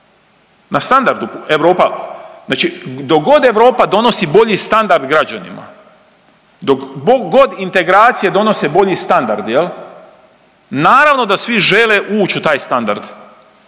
na standardu Europa, znači dok god Europa donosi bolji standard građanima, dok god integracije donose bolji standard, je li, naravno da svi žele ući u taj standard,